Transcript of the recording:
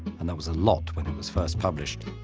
and there was a lot when it was first published,